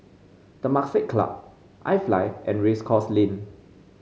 Temasek Club iFly and Race Course Lane